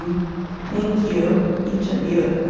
um thank you, each of you,